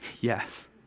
Yes